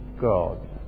God